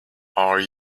are